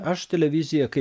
aš televiziją kaip